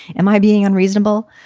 am i being unreasonable?